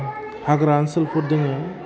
हाग्रा ओनसोलफोर दोङो